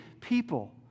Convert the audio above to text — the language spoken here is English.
people